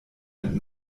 mit